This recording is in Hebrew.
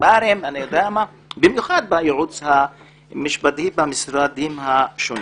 גזברים במיוחד בייעוץ המשפטי במשרדים השונים,